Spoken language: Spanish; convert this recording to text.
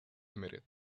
ltd